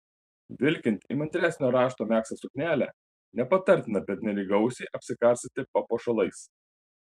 vilkint įmantresnio rašto megztą suknelę nepatartina pernelyg gausiai apsikarstyti papuošalais